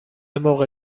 موقع